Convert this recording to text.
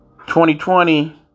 2020